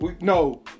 No